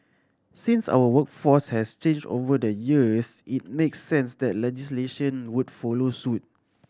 since our workforce has changed over the years it makes sense that legislation would follow suit